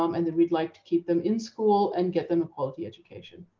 um and then we'd like to keep them in school and get them a quality education.